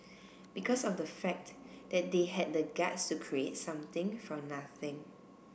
because of the fact that they had the guts to create something from nothing